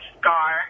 Scar